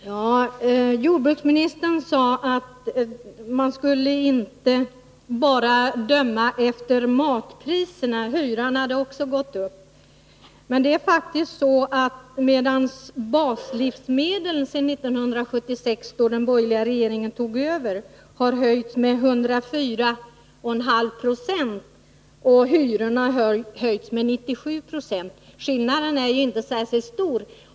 Herr talman! Jordbruksministern sade att man inte bara skulle döma efter matpriserna — hyran hade också gått upp. Men det är faktiskt så att baslivsmedlen sedan 1976, då den borgerliga regeringen tog över, har höjts med 104,5 960 och hyrorna med 97 26. Skillnaden är inte särskilt stor.